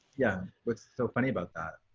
yeah. what's so funny about that?